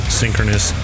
synchronous